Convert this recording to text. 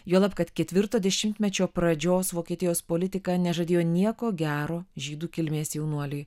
juolab kad ketvirto dešimtmečio pradžios vokietijos politika nežadėjo nieko gero žydų kilmės jaunuoliui